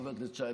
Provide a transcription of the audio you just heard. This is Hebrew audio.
חבר הכנסת שי,